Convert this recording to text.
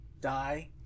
die